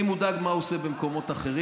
אני מודאג מה הוא עושה במקומות אחרים.